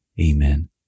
Amen